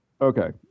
Okay